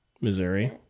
Missouri